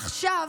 עכשיו,